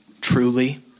truly